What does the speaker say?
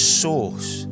source